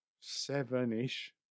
seven-ish